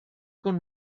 con